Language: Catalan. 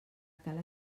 cal